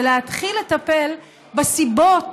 זה להתחיל לטפל בסיבות